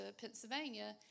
Pennsylvania